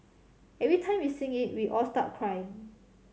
every time we sing it we all start crying